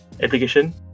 application